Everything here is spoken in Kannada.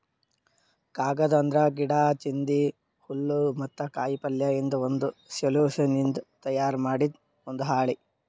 ಕಾಗದ್ ಅಂದ್ರ ಗಿಡಾ, ಚಿಂದಿ, ಹುಲ್ಲ್ ಮತ್ತ್ ಕಾಯಿಪಲ್ಯಯಿಂದ್ ಬಂದ್ ಸೆಲ್ಯುಲೋಸ್ನಿಂದ್ ತಯಾರ್ ಮಾಡಿದ್ ಒಂದ್ ಹಾಳಿ